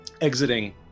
Exiting